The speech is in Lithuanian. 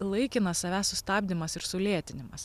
laikinas savęs sustabdymas ir sulėtinimas